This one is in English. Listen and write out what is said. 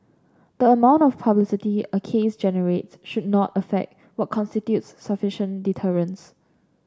the amount of publicity a case generates should not affect what constitutes sufficient deterrence